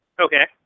Okay